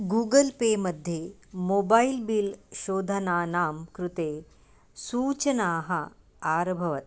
Google Pay मध्ये mobile bill शोधनानां कृते सूचनाः आरभत